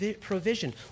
provision